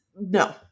no